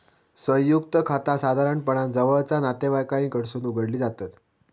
संयुक्त खाता साधारणपणान जवळचा नातेवाईकांकडसून उघडली जातत